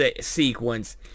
sequence